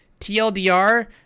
tldr